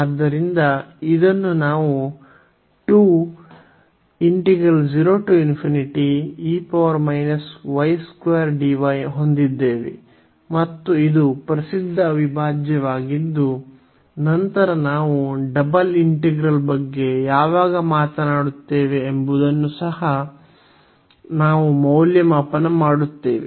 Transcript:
ಆದ್ದರಿಂದ ಇದನ್ನು ನಾವು ಹೊಂದಿದ್ದೇವೆ ಮತ್ತು ಇದು ಪ್ರಸಿದ್ಧ ಅವಿಭಾಜ್ಯವಾಗಿದ್ದು ನಂತರ ನಾವು ಡಬಲ್ ಇಂಟಿಗ್ರಲ್ ಬಗ್ಗೆ ಯಾವಾಗ ಮಾತನಾಡುತ್ತೇವೆ ಎಂಬುದನ್ನು ಸಹ ನಾವು ಮೌಲ್ಯಮಾಪನ ಮಾಡುತ್ತೇವೆ